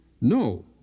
No